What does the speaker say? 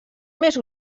més